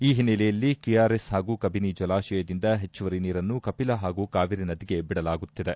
ಈ ಹಿನ್ನಲೆಯಲ್ಲಿ ಕೆಆರ್ಎಸ್ ಹಾಗೂ ಕಬಿನಿ ಜಲಾಶಯದಿಂದ ಹೆಚ್ಚುವರಿ ನೀರನ್ನು ಕಪಿಲಾ ಹಾಗೂ ಕಾವೇರಿ ನದಿಗೆ ಬಿಡಲಾಗುತ್ತಿದೆ